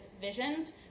visions